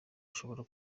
ushobora